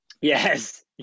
Yes